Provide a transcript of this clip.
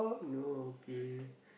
no okay